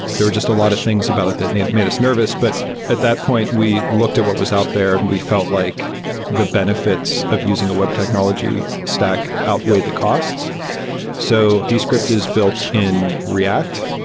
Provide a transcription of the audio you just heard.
there were just a lot of things about it that made made us nervous. but at that point, we looked at what was out there and we felt like the benefits of using a web technology stack outweighed the costs so descript is built in react.